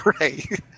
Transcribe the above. Right